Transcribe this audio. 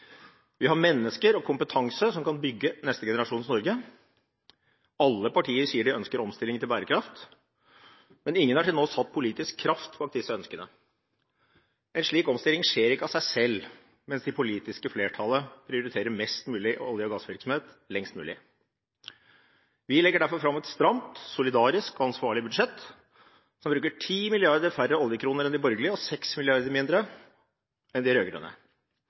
Vi har mennesker og kompetanse som kan bygge neste generasjons Norge. Alle partier sier de ønsker omstilling til bærekraft, men ingen har til nå satt politisk kraft bak disse ønskene. En slik omstilling skjer ikke av seg selv mens det politiske flertallet prioriterer mest mulig olje- og gassvirksomhet lengst mulig. Vi legger derfor fram et stramt, solidarisk og ansvarlig budsjett, der vi bruker 10 milliarder færre oljekroner enn de borgerlige og 6 mrd. kr mindre enn de